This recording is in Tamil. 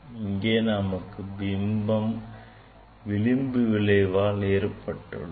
இங்கே நமக்கு பிம்பம் விளிம்பு விளைவால் ஏற்பட்டுள்ளது